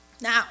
Now